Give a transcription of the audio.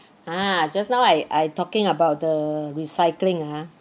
ah just now I I talking about the recycling ah